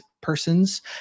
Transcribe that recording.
persons